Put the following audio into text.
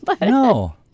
No